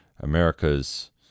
America's